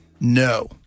No